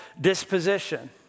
disposition